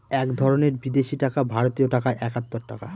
এক ধরনের বিদেশি টাকা ভারতীয় টাকায় একাত্তর টাকা